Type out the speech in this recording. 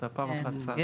אתה פעם אחת שר, תמיד שר.